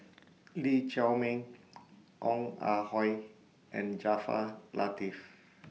Lee Chiaw Meng Ong Ah Hoi and Jaafar Latiff